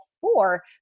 four